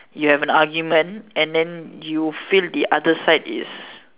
you've an argument and then you feel the other side is